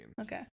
Okay